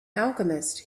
alchemist